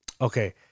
Okay